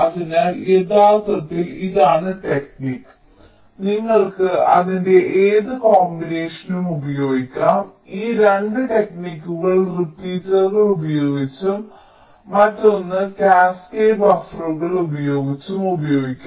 അതിനാൽ യഥാർത്ഥത്തിൽ ഇതാണ് ടെക്നിക് നിങ്ങൾക്ക് അതിന്റെ ഏത് കോമ്പിനേഷനും ഉപയോഗിക്കാം നിങ്ങൾക്ക് ഈ 2 ടെക്നിക്കുകൾ റിപ്പീറ്ററുകൾ ഉപയോഗിച്ചും മറ്റൊന്ന് കാസ്കേഡ് ബഫറുകൾ ഉപയോഗിച്ചും ഉപയോഗിക്കാം